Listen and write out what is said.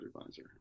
advisor